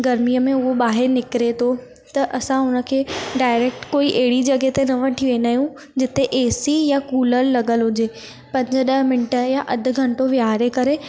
गर्मीअ में उहो ॿार ॿाहिरि निकिरे थो त असां हुन खे डायरैक्ट कोई अहिड़ी जॻहि ते न वठी वेंदा आहियूं जिते ए सी या कूलर लॻल हुजे पंद्राहं मिंट या अधु घंटो वेहारे करे